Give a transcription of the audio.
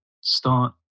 start